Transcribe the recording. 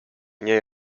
nie